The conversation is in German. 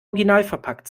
originalverpackt